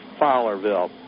Fowlerville